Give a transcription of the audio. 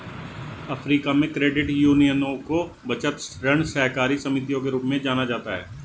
Africa में, credit यूनियनों को बचत, ऋण सहकारी समितियों के रूप में जाना जाता है